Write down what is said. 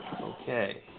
Okay